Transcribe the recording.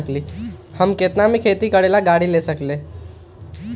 हम केतना में खेती करेला गाड़ी ले सकींले?